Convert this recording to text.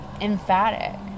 emphatic